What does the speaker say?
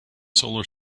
solar